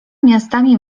miastami